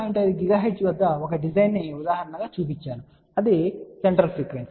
5 GHz వద్ద ఒక design ను మీకు ఉదాహరణగా చూపించాను కాబట్టి అది సెంట్రల్ ఫ్రీక్వెన్సీ